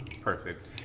perfect